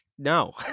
No